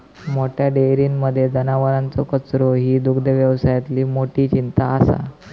मोठ्या डेयरींमध्ये जनावरांचो कचरो ही दुग्धव्यवसायातली मोठी चिंता असा